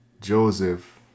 Joseph